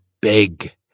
big